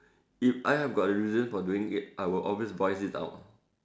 if I have got a reason for doing it I will always voice it out